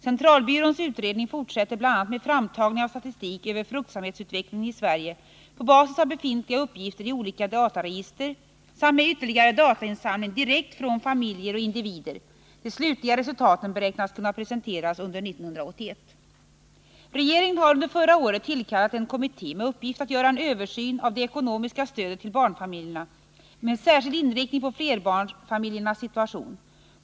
Centralbyråns utredning fortsätter bl.a. med framtagning av statistik över fruktsamhetsutvecklingen i Sverige på basis av befintliga uppgifter i olika dataregister samt med ytterligare datainsamling direkt från familjer och individer. De slutliga resultaten beräknas kunna presenteras under år 1981. Regeringen har under förra året tillkallat en kommitté med uppgift att göra en översyn av det ekonomiska stödet till barnfamiljerna med särskild inriktning på flerbarnsfamiljernas situation.